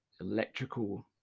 electrical